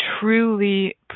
truly